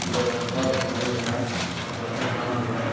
व्यवस्था बनल रहै आओर बढ़िआँ काम हुए